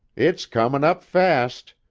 it's comin' up fast.